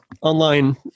online